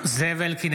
זאב אלקין,